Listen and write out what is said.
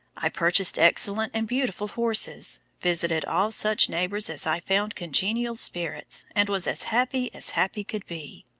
i purchased excellent and beautiful horses, visited all such neighbours as i found congenial spirits, and was as happy as happy could be.